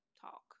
talk